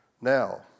Now